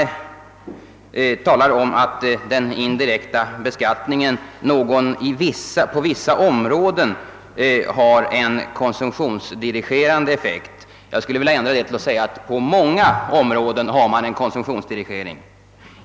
Finansministern säger att den indirekta beskattningen på vissa områden har en konsumtionsdirigerande effekt. Jag skulle vilja ändra detta och säga att på många områden förekommer en konsumtionsdirigering.